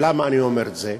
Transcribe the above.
למה אני אומר את זה?